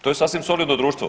To je sasvim solidno društvo.